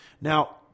now